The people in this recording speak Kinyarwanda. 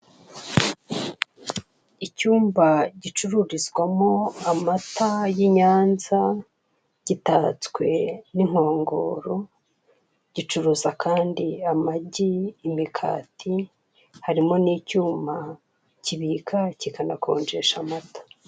Icyumba gicururizwamo amata y'i Nyanza, gitatswe n'inkongoro, gicuruza kandi amagi, imikati, harimo n'icyuma kibika kikanakonjesha amata.